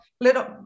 little